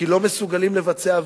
כי לא מסוגלים לבצע,